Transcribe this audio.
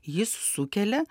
jis sukelia